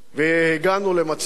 והגענו למצב